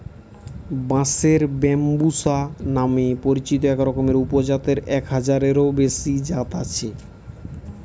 বাঁশের ব্যম্বুসা নামে পরিচিত একরকমের উপজাতের এক হাজারেরও বেশি জাত আছে